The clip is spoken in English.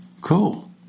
Cool